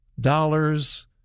dollars